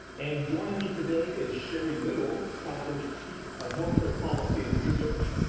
and joining me today is shari little, calpers chief of health care policy and research,